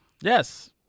Yes